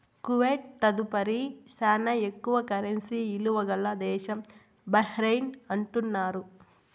Kuwait తదుపరి శానా ఎక్కువ కరెన్సీ ఇలువ గల దేశం బహ్రెయిన్ అంటున్నారు